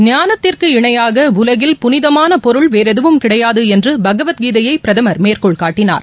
ஞானத்திற்கு இணையாக உலகில் புளிதமான பொருள் வேறெதுவும் கிடையாது என்று பகவத் கீதையை பிரதமர் மேற்கோள் காட்டினார்